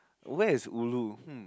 where is ulu hmm